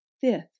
Fifth